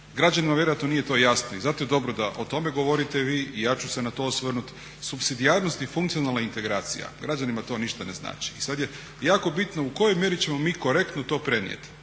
Građanima vjerojatno to nije jasno i zato je dobro da o tome govorite vi i ja ću se na to osvrnuti. Supsidijarnost i funkcionalna integracija, građanima to ništa ne znači i sada je jako bitno u kojoj mjeri ćemo mi korektno to prenijeti,